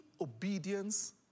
obedience